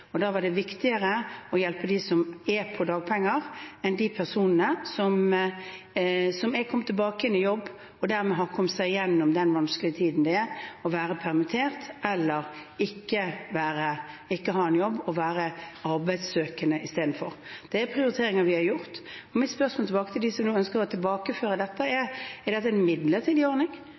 Da var det viktigere å hjelpe dem som er på dagpenger, enn dem som er kommet tilbake i jobb, og som dermed har kommet seg gjennom den vanskelige tiden det er å være permittert eller å ikke ha en jobb og å være arbeidssøkende istedenfor. Det er prioriteringer vi har gjort. Mitt spørsmål tilbake til dem som nå ønsker å tilbakestille dette, er: Har de tenkt at dette skal være en midlertidig ordning